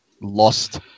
lost –